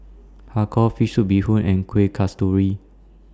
Har Kow Fish Soup Bee Hoon and Kueh Kasturi